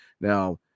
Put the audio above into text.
Now